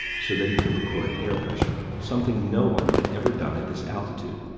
so that he could record air pressure, something no one had ever done at this altitude.